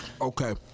Okay